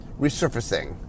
resurfacing